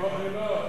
תשאל אותה אתה.